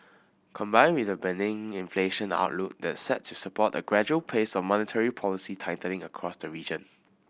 combined with a benign inflation outlook that's set to support a gradual pace of monetary policy tightening across the region